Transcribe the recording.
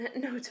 No